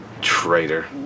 Traitor